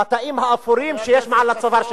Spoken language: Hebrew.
בתאים האפורים שיש מעל הצוואר שלך,